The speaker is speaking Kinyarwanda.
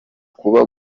kuba